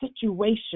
situation